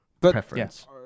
preference